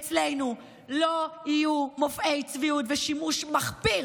אצלנו לא יהיו מופעי צביעות ושימוש מחפיר